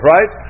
Right